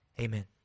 Amen